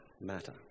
matter